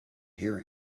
hear